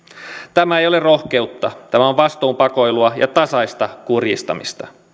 tämä ei ole rohkeutta tämä on vastuun pakoilua ja tasaista kurjistamista